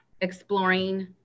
exploring